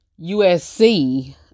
usc